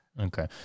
Okay